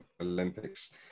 Olympics